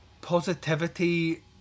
positivity